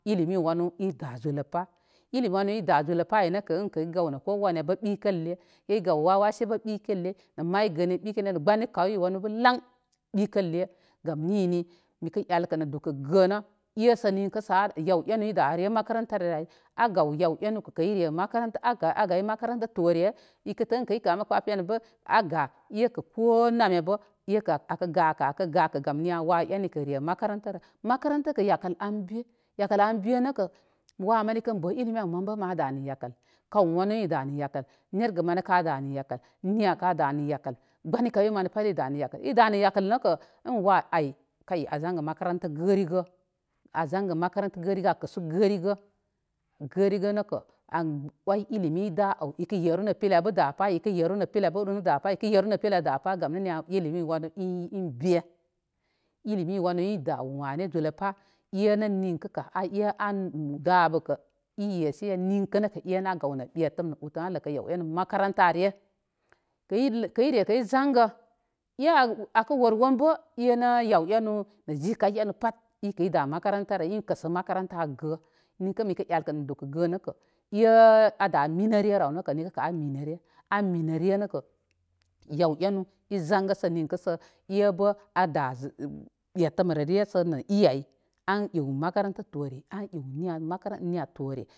Ilimi wanu i da zulə pa'. Ilimi wanu i da zulə pa ay nəkə ən kə i gaw nə kowanə bə ɓikəlle i gaw nə wa wase be ɓikəlle nə may gəni ɓikənərə gbənikaw wann bə laŋ ɓikəlle. Gam nini mipə elkə nə dukə gənə esə ninkə sə a yaw enu i da re' makarantərə ay a gaw yaw enu kə ire makaranta. Agay makaranta tore ikə tə in kə i kamə kpəpinabə a ga. Ekə ko namə bə ekə akə ga kə akə gakə gam niya? Wa ene kə re maka rantarə. Makaranta kə yakəl an be. Yakəl an be nəkə wa mani kən bə ilimi ay mən bə ma dane yakəl, kaw wanu i danə yakəl. Nerge mani ka danə yakəl. Nɨya ka danə yakəl. Gbənikawyi mani ka da nə yakəl. Gbəni kawyi mani ka da nə yakəl. I da nə yakəl nəkə in wa ay kay an zangə makaranta gərigə a zangə makaranta gərigə. An kəsu gərigə. Gərigə nəkə an oy ilimi i da aw. Kə yeru nə pila bə du pa ikə yuru nə pila bə ur nə da pa, ikə yeru nə pila bə da pa gam niya ilimi wanu in be. Ilimi wanu i da wane zulə pa. Enə ninkə kə a e an dabə kə i yesi yen minkə nəkə e nə a gaw nə utəm a ləkə yaw enu makantare katunr l re kə i zangə. E akə wər wən bə e nə yaw enu nə zikəyi enu pat ikə i da makantarə in kəsə makaranta an gə. Ninkə mikə elkə nə dukə gənə kə e a da mindrerə ay kə ninkə kə elkə nə dukə gənə kə e a da mindrerə au kə ninkə kə ay minəre. An minəre nəkə yaw enu i zangə sə ninkə sə e bə a da ɓetəmrəre sə nə l ay. An ew makaranta tore an ew niya makaranta tore.